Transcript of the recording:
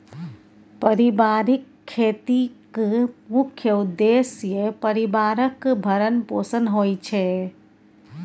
परिबारिक खेतीक मुख्य उद्देश्य परिबारक भरण पोषण होइ छै